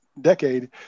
decade